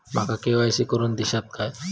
माका के.वाय.सी करून दिश्यात काय?